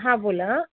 हा बोला